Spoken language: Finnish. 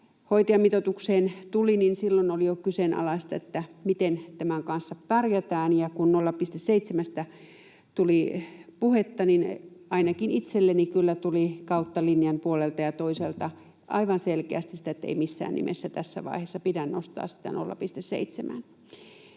hoitajamitoitukseen tuli, niin silloin oli jo kyseenalaista, miten tämän kanssa pärjätään, ja kun 0,7:stä tuli puhetta, niin ainakin itselleni kyllä tuli kautta linjan, puolelta ja toiselta, aivan selkeästi sitä, että ei missään nimessä tässä vaiheessa pidä nostaa sitä